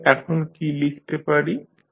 তাহলে এখন কী লিখতে পারি